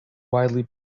widely